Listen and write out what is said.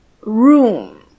room